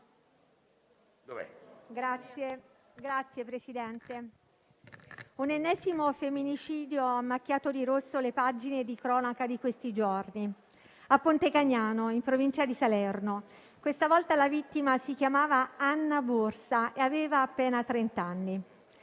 Signor Presidente, un ennesimo femminicidio ha macchiato di rosso le pagine di cronaca di questi giorni, a Pontecagnano, in provincia di Salerno. Questa volta la vittima si chiamava Anna Borsa e aveva appena trent'anni.